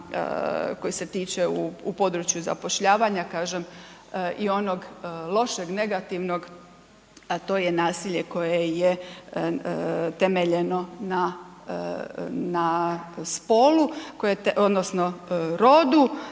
koji se tiče u području zapošljavanja kažem i onog lošeg, negativnog, a to je nasilje koje je temeljeno na spolu odnosno rodu